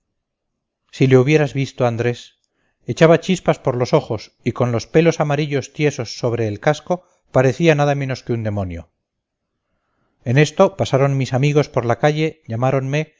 si le hubieras visto andrés echaba chispas por los ojos y con los pelos amarillos tiesos sobre el casco parecía nada menos que un demonio en esto pasaron mis amigos por la calle llamáronme yo